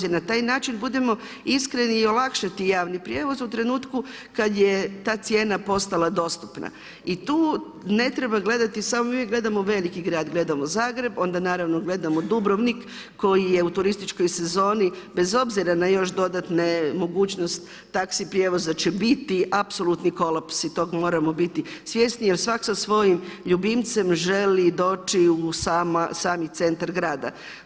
Jer na taj način budimo iskreni i olakšati javni prijevoz u trenutku kad je ta cijena postala dostupna i tu ne treba gledati, samo mi uvijek gledamo veliki grad, gledamo Zagreb, onda naravno gledamo Dubrovnik koji je u turističkoj sezoni, bez obzira na još dodatne mogućnost taxi prijevoza će biti apsolutni kolaps i tog moramo biti svjesni jer svak sa svojim ljubimcem želi doći u sami centar grada.